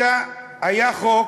היה חוק